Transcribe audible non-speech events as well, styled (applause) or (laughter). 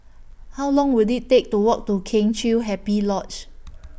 How Long Will IT Take to Walk to Kheng Chiu Happy Lodge (noise)